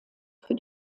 für